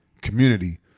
community